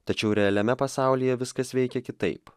tačiau realiame pasaulyje viskas veikia kitaip